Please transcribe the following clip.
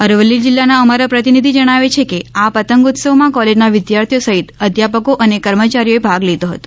અરવલ્લી જિલ્લાના અમારા પ્રતિનિધિ જણાવે છે કે આ પતંગોત્સવમાં કોલેજના વિધાર્થીઓ સહીત અધ્યાપકો અને કર્મચારીઓએ ભઆગ લીધો હતો